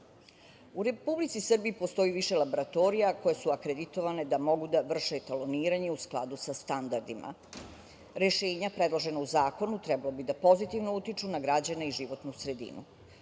Republici Srbiji postoji više laboratorija koje su akreditovane da mogu da vrše etaloniranje u skladu sa standardima. Rešenja predložena u zakonu trebalo bi da pozitivno utiču na građane i životnu sredinu. Ono